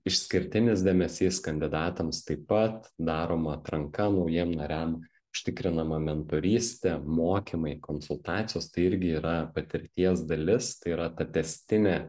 išskirtinis dėmesys kandidatams taip pat daroma atranka naujiem nariam užtikrinama mentorystė mokymai konsultacijos tai irgi yra patirties dalis tai yra ta tęstinė